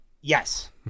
Yes